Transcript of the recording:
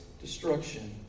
destruction